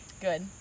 Good